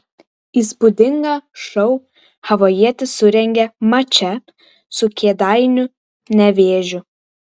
įspūdingą šou havajietis surengė mače su kėdainių nevėžiu